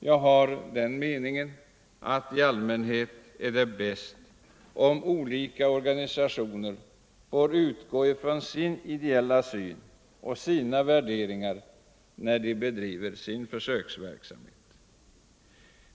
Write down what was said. Jag har den meningen att det i allmänhet är bäst om olika organisationer får utgå ifrån sin ideella syn och sina värderingar när de bedriver sin försöksverksamhet.